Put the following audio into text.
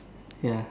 ya